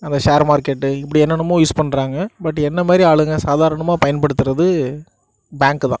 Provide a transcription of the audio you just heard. அந்த share market இப்படி என்னென்னமோ யூஸ் பண்ணுறாங்க பட் என்ன மாதிரி ஆளுங்க சாதாரணமாக பயன்படுத்துறது பேக்ங்க்கு தான்